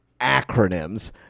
acronyms